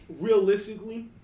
realistically